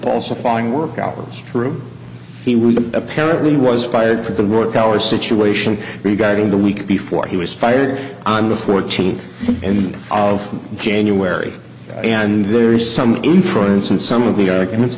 falsifying work hours true he was apparently was fired for the work hours situation regarding the week before he was fired on the fourteenth and of january and there is some inference in some of the arguments